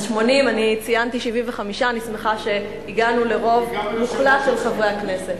אז 80. ציינתי 75. אני שמחה שהגענו לרוב מוחלט של חברי הכנסת.